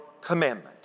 commandment